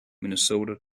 minnesota